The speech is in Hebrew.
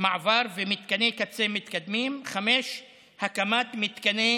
מעבר ומתקני קצה מתקדמים, 5. הקמת מתקני